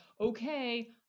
okay